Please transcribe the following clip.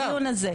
בדיון הזה.